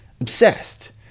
Obsessed